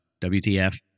WTF